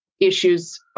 issues